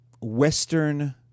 Western